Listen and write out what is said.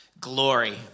Glory